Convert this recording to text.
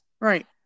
Right